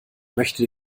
möchte